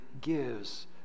gives